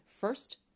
first